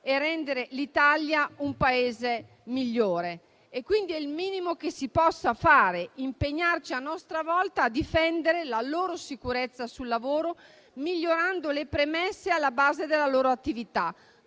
rendere l'Italia un Paese migliore. Quindi, il minimo che si possa fare è impegnarci a nostra volta a difendere la loro sicurezza sul lavoro, migliorando le premesse alla base della loro attività,